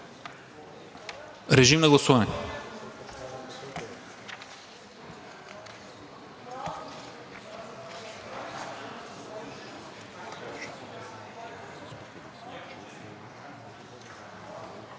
Режим на гласуване.